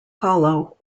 hollow